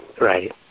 Right